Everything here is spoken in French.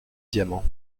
diamant